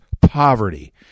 poverty